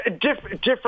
different